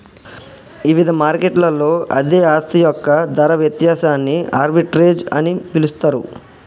ఇవిధ మార్కెట్లలో అదే ఆస్తి యొక్క ధర వ్యత్యాసాన్ని ఆర్బిట్రేజ్ అని పిలుస్తరు